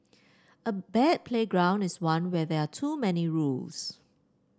a bad playground is one where there are too many rules